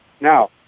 Now